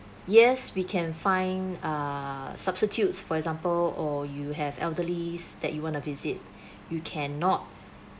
yes we can find uh substitutes for example or you have elderlies that you want to visit you cannot